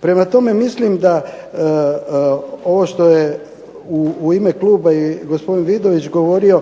Prema tome, mislim da ovo što je u ime kluba i gospodin Vidović govorio,